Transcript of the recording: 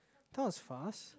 that was fast